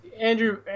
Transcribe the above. Andrew